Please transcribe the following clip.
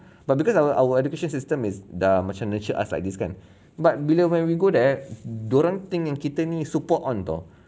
but because our our education system is dah macam nurture us like this kan but bila when we go there dia orang think yang kita ni super on [tau]